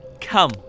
Come